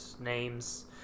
names